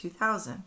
2000